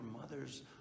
mother's